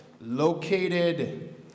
located